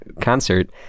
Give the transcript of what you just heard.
concert